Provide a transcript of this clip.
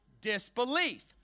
Disbelief